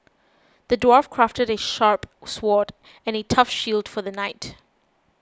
the dwarf crafted a sharp sword and a tough shield for the knight